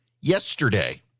yesterday